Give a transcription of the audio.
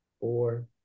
four